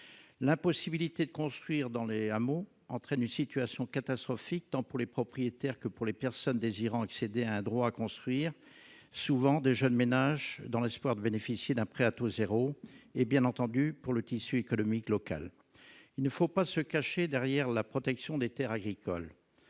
l'impossibilité de construire dans Les Amours entraîne une situation catastrophique, tant pour les propriétaires que pour les personnes désirant accéder à un droit à construire, souvent des jeunes ménages dans l'espoir de bénéficier d'un prêt à taux 0 et bien entendu pour le tissu économique local, il ne faut pas se cacher derrière la protection des Terres agricoles